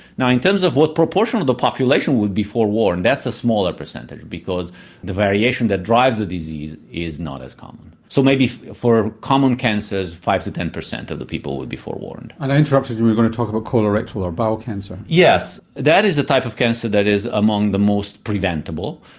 terms of what proportion of the population would be forewarned, that's a smaller percentage, because the variation that drives the disease is not as common. so maybe for common cancers, five to ten per cent of the people would be forewarned. and i interrupted you, you were going to talk about colorectal or bowel cancer. yes that is a type of cancer that is among the most preventable.